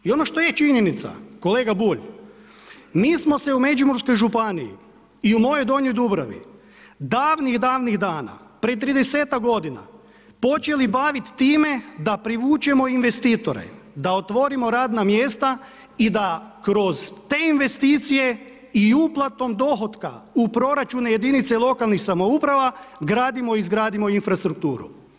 I ono što je činjenica, kolega Bulj, mi smo se u Međimurskoj županiji i u mojoj Donjoj Dubravi davnih, davanih dana prije tridesetak godina počeli baviti time da privučemo investitore, da otvorimo radna mjesta i da kroz te investicije i uplatom dohotka u proračun jedinica lokalnih samouprava gradimo i izgradimo infrastrukturu.